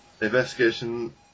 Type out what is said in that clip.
Investigation